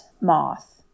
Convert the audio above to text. moth